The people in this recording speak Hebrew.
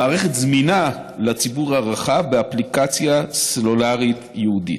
המערכת זמינה לציבור הרחב באפליקציה סלולרית ייעודית.